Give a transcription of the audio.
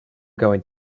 going